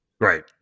right